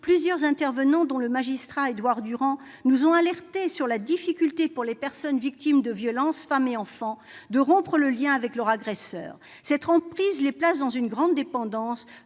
plusieurs intervenants, dont le magistrat Édouard Durand, nous ont alertés sur la difficulté pour les personnes victimes de violences- femmes et enfants -à rompre le lien avec leur agresseur. Cette emprise les place dans une grande dépendance,